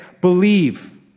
Believe